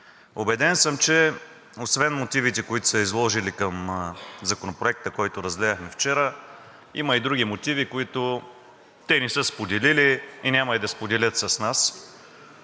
Убеден съм, че освен мотивите, които са изложили към Законопроекта, който разгледахме вчера, има и други мотиви, които не са споделили, няма и да споделят с нас,